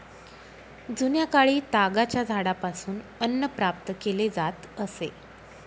जुन्याकाळी तागाच्या झाडापासून अन्न प्राप्त केले जात असे